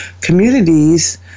communities